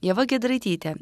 ieva giedraitytė